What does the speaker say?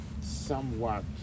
somewhat